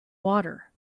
water